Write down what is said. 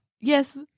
Yes